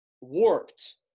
warped